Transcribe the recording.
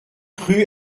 rue